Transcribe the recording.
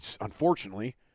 unfortunately